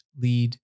lead